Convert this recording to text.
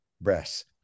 breasts